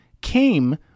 came